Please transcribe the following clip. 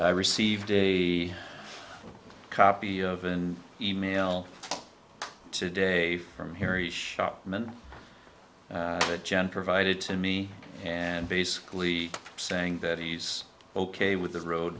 i received a copy of an email today from harry shopman to john provided to me and basically saying that he's ok with the road